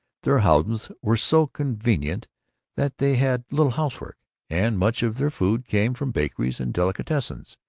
their houses were so convenient that they had little housework, and much of their food came from bakeries and delicatessens.